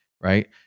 right